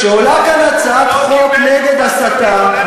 כשעולה כאן הצעת חוק נגד הסתה,